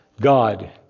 God